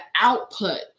output